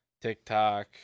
tiktok